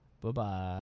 Bye-bye